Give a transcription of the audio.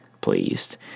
pleased